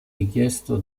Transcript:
richiesto